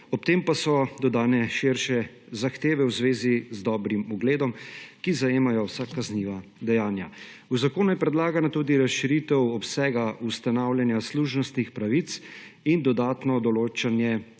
Ob tem pa so dodane širše zahteve v zvezi z dobrim ugledom, ki zajemajo vsa kazniva dejanja. V zakonu je predlagana tudi razširitev obsega ustanavljanja služnostnih pravic in dodatno določanje